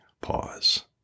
Pause